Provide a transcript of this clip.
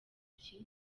iki